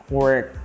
work